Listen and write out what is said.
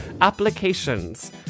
applications